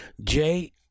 Jay